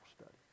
study